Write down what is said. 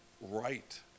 right